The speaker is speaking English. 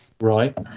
Right